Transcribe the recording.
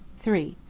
three.